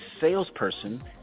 salesperson